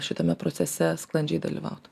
šitame procese sklandžiai dalyvaut